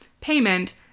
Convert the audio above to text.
payment